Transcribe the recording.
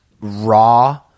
raw